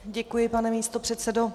Děkuji, pane místopředsedo.